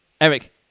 Eric